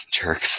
Jerks